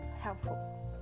helpful